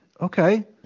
okay